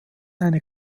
eine